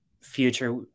future